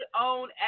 own